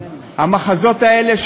המחזות האלה,